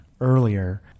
earlier